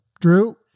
drew